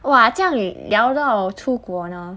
哇这样你聊到出国了